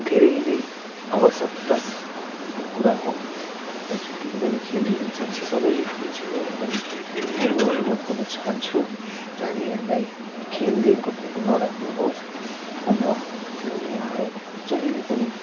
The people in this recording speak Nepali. धेरै नै अब सत्ता कुरा हो र जतिले पनि खेल खेल्छन् सबैलाई यो अनुरोध गर्नचाहन्छु नानीहरूलाई खेलदेखिको टाढो नराख्नुहोस् र नानीहरूलाई जहिले पनि